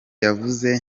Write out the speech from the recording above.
yavuze